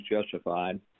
justified